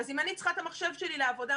אז אם אני צריכה את המחשב שלי לעבודה,